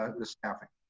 um the staffing.